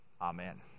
Amen